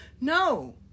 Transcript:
No